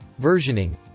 versioning